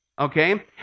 okay